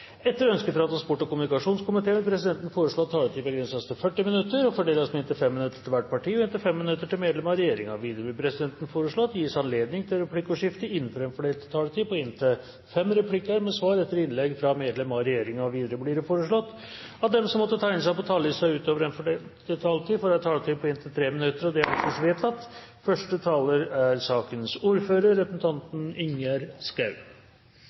Etter ønske fra transport- og kommunikasjonskomiteen vil presidenten foreslå at taletiden begrenses til 40 minutter og fordeles med inntil 5 minutter til hvert parti og inntil 5 minutter til medlem av regjeringen. Videre vil presidenten foreslå at det gis anledning til replikkordskifte på inntil tre replikker med svar etter innlegg fra medlem av regjeringen innenfor den fordelte taletid. Videre blir det foreslått at de som måtte tegne seg på talerlisten utover den fordelte taletid, får en taletid på inntil 3 minutter. – Det anses vedtatt. Vi skal nå behandle saken om delvis bompengefinansiering av Fosenpakka. Fosenpakka er